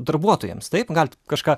darbuotojams taip gal kažką